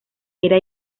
era